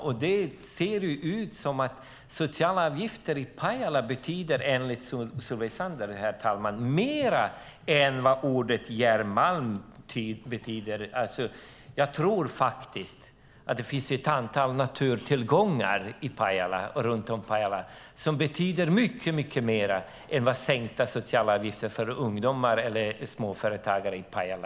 Men det verkar som att de sociala avgifterna i Pajala enligt Solveig Zander betyder mer än järnmalmen, herr talman. Jag tror faktiskt att det finns ett antal naturtillgångar runt om Pajala som betyder mycket mer än en sänkning av de sociala avgifterna för ungdomar eller småföretagare i Pajala.